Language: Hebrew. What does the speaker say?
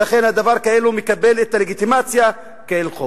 ולכן הדבר כאילו מקבל את הלגיטימציה כחוק.